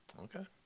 Okay